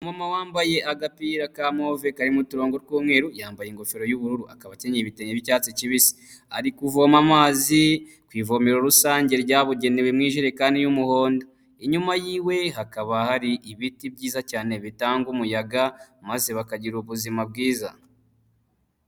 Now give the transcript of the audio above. Umumama wambaye agapira ka move karirimo uturongo tw'umweru, yambaye ingofero y'ubururu, akaba akenyeye ibitenge by'icyatsi kibisi, ari kuvoma amazi ku ivomero rusange ryabugenewe mwijerekani y'umuhondo, inyuma y'iwe hakaba hari ibiti byiza cyane bitanga umuyaga maze bakagira ubuzima bwiza.